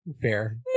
Fair